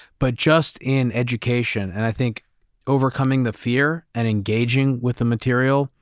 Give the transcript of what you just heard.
but just in education. and i think overcoming the fear and engaging with the material,